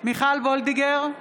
מיכל וולדיגר,